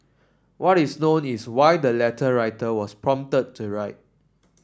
what is known is why the letter writer was prompted to write